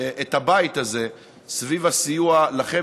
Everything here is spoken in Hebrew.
את הבית הזה סביב הסיוע לכם.